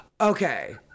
Okay